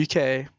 UK